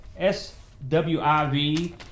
SWIV